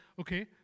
okay